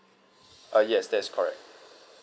ah yes that's correct